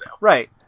right